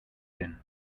been